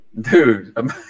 Dude